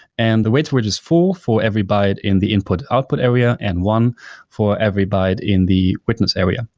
and the weight weight is full for every byte in the input-output area and one for every byte in the witness area.